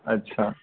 अच्छा